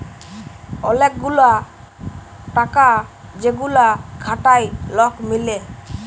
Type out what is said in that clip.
ওলেক গুলা টাকা যেগুলা খাটায় লক মিলে